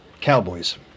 Cowboys